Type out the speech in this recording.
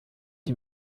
die